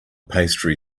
pastry